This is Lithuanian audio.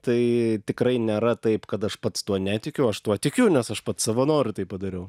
tai tikrai nėra taip kad aš pats tuo netikiu aš tuo tikiu nes aš pats savo noru tai padariau